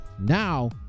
now